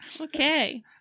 Okay